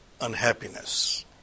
unhappiness